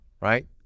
right